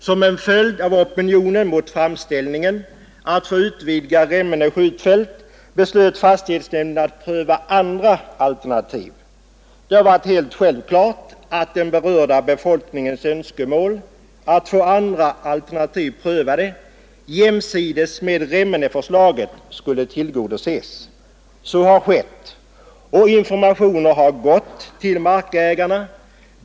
Som en följd av opinionen mot framställningen att få utvidga Remmeneskjutfältet beslöt fastighetsnämnden att pröva andra alternativ. Det har varit helt självklart att den berörda befolkningens önskemål att få andra alternativ prövade jämsides med Remmeneförslaget skulle tillgodoses. Så har skett, och informationer har gått till markägarna.